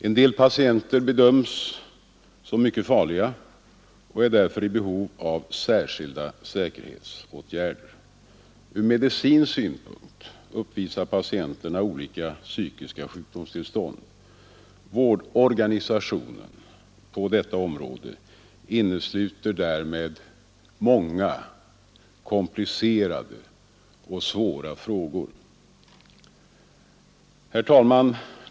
En del patienter bedöms som mycket farliga och är därför i behov av särskilda säkerhetsåtgärder. Ur medicinsk synpunkt uppvisar patienterna olika psykiska sjukdomstillstånd. Vårdorganisationen på detta område omsluter därmed många komplicerade och svåra frågor. Herr talman!